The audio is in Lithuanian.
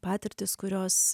patirtys kurios